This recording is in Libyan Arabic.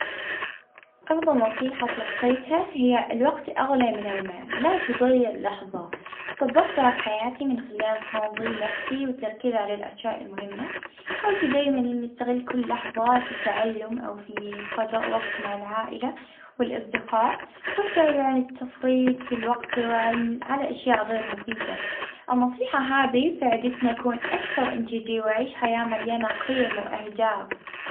آ أحسن نصيحة سمعتها هي ما تخليش الخوف والفشل يوقفك، كل غلطة هي درس طبقتها في آآ حياتي كيف نواجه تحديات جديدة، ونخدم على روحي بخوف من الغلط على خاطر كل تجربة بنبنى خبرة.